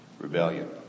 rebellion